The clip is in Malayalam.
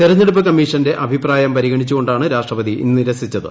തിരഞ്ഞെടുപ്പ് കമ്മീഷ്ന്റെ അഭിപ്രായം പരിഗണിച്ചുകൊണ്ടാണ് രാഷ്ട്രപതി നിരസിച്ചത്